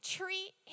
treat